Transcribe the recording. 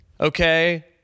okay